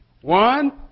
One